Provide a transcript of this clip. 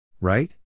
right